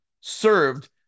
served